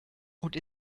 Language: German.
und